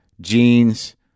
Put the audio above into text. jeans